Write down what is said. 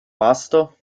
pasto